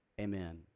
Amen